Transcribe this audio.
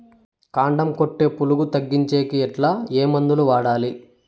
కాండం కొట్టే పులుగు తగ్గించేకి ఎట్లా? ఏ మందులు వాడాలి?